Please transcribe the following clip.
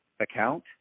account